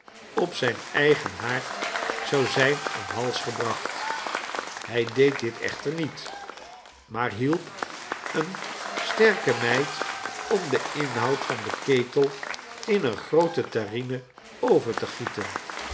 op zijn eigen haard zou zijn om hals gebracht hij deed dit echter niet maar hielp eene sterke meid om den inhoud van den ketel in eene groote terrine over te gieten